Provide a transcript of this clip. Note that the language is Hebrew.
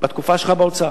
בתקופה שלך באוצר.